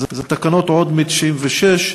אלה תקנות עוד מ-1996,